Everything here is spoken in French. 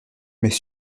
mais